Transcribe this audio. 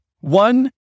One